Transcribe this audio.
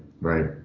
right